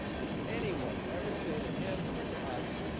did anyone ever say to him or to us,